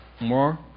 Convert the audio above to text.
more